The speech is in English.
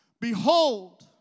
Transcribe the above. Behold